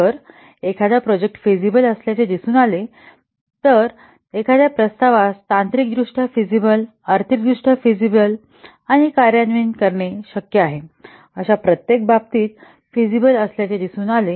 जर एखादा project feasible असल्याचे दिसून आले जर एखाद्या प्रस्तावास तांत्रिकदृष्ट्या फिजिबल आर्थिकदृष्ट्या फेसिबिल आणि कार्यान्वयन करणे शक्य आहे अशा प्रत्येक बाबतीत फिजिबल असल्याचे दिसून आले